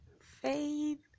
faith